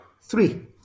Three